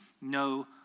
no